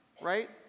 right